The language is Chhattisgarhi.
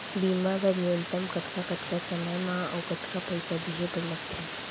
बीमा बर न्यूनतम कतका कतका समय मा अऊ कतका पइसा देहे बर लगथे